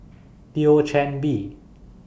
Thio Chan Bee